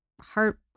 heart